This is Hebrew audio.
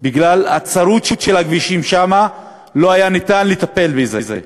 בגלל הצרות של הכבישים שם, לא היה ניתן לטפל בזה.